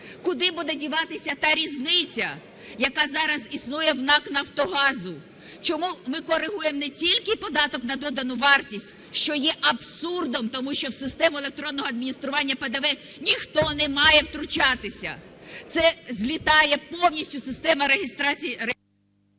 Куди буде діватися та різниця, яка зараз існує в НАК "Нафтогаз"? Чому ми корегуємо не тільки податок на додану вартість, що є абсурдом, тому що в систему електронного адміністрування ПДВ ніхто не має втручатися? Це злітає повністю система реєстрації… ГОЛОВУЮЧИЙ.